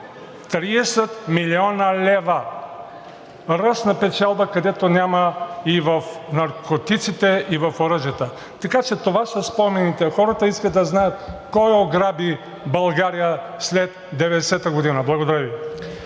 30 млн. лв., ръст на печалба, където няма и в наркотиците, и в оръжията. Така че това са спомените. Хората искат да знаят кой ограби България след 1990 г. Благодаря Ви.